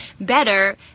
better